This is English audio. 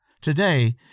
Today